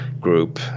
group